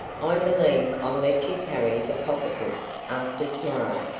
i believe i'll let you carry the pocketbook after to-morrow.